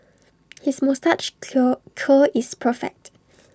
his moustache curl is perfect